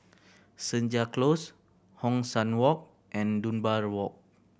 Senja Close Hong San Walk and Dunbar Walk